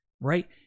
right